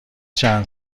چند